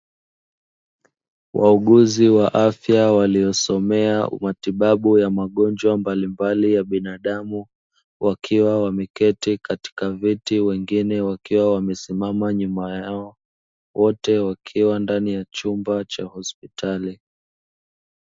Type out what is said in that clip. Wauguzi wa afya waliosome matibabu ya magonjwa mbalimbali ya binadamu, wakiwa wameketi katika viti na wengine wakiwa wamesimama nyuma yao, wote wakiwa ndani ya chumba cha hospitali.